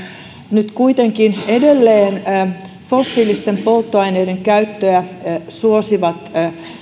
nyt kuitenkin edelleen fossiilisten polttoaineiden käyttöä suosivat